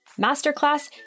masterclass